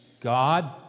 God